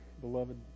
beloved